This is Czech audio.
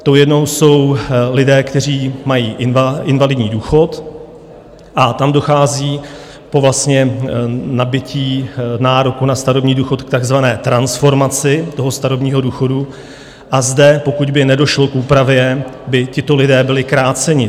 Tou jednou jsou lidé, kteří mají invalidní důchod, tam dochází vlastně po nabytí nároku na starobní důchod k takzvané transformaci toho starobního důchodu, a zde, pokud by nedošlo k úpravě, by tito lidé byli kráceni.